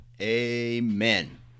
Amen